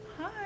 Hi